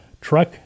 truck